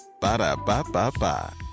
Ba-da-ba-ba-ba